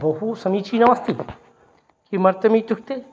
बहुसमीचीनमस्ति किमर्थमित्युक्ते